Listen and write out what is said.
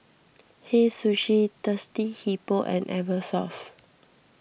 Hei Sushi Thirsty Hippo and Eversoft